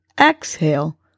exhale